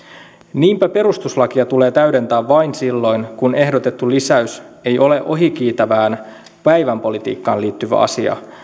niinpä perustuslakia tulee täydentää vain silloin kun ehdotettu lisäys ei ole ohikiitävään päivänpolitiikkaan liittyvä asia